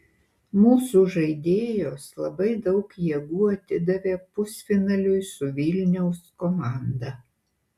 mūsų žaidėjos labai daug jėgų atidavė pusfinaliui su vilniaus komanda